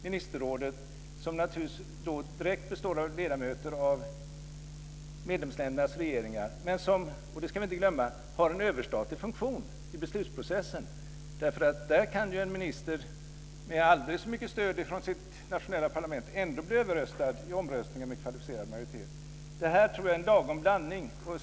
Ministerrådet består av ledamöter av medlemsländernas regeringar men har en överstatlig funktion i beslutsprocessen. Där kan en minister, med aldrig så mycket stöd från sitt nationella parlament, bli överröstad i omröstningen med kvalificerad majoritet. Det är en lagom blandning.